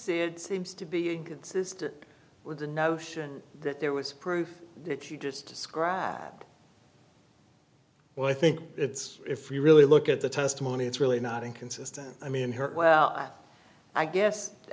said seems to be a consistent with the notion that there was proof that she just described well i think it's if you really look at the testimony it's really not inconsistent i mean her well i guess